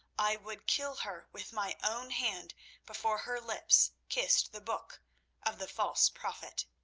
i would kill her with my own hand before her lips kissed the book of the false prophet.